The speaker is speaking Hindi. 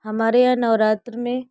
हमारे यहाँ नवरात्रि में